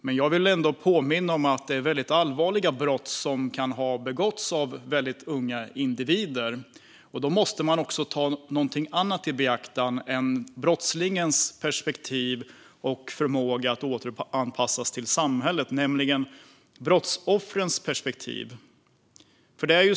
Men jag vill ändå påminna om att det är fråga om mycket allvarliga brott som har begåtts av unga individer. Då måste man ta något annat i beaktande än brottslingens perspektiv och förmåga att återanpassas till samhället, nämligen brottsoffrens perspektiv.